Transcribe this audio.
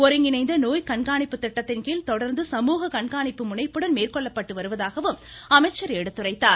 ஒருங்கிணைந்த நோய் கண்காணிப்பு திட்டத்தின்கீழ் தொடர்ந்து சமூக கண்காணிப்பு முனைப்புடன் மேற்கொள்ளப்பட்டு வருவதர் அமைச்சர் எடுத்துரைத்தார்